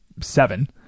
seven